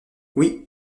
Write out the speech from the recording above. oui